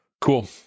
Cool